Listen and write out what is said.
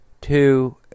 two